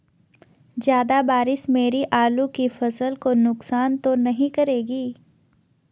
ज़्यादा बारिश मेरी आलू की फसल को नुकसान तो नहीं करेगी?